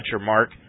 Mark